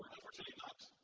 unfortunately, not